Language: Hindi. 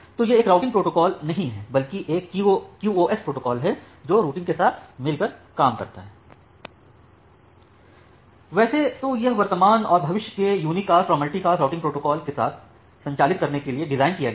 तो यह एक राउटिंग प्रोटोकॉल नहीं है बल्कि एक QoS प्रोटोकॉल है जो रूटिंग के साथ मिलकर काम करता है वैसे तो यह वर्तमान और भविष्य के यूनिकास्ट और मल्टीकास्ट राउटिंग प्रोटोकॉल के साथ संचालित करने के लिए डिज़ाइन किया गया है